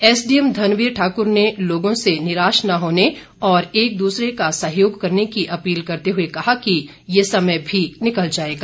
ADM Dhanbir Thakur ने लोगों से निराश न होने और एक दूसरे का सहयोग करने कि अपील करते हुए कहा कि यह समय भी निकल जाएगा